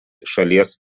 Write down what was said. šalies